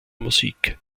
musik